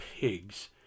pigs